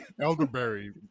elderberry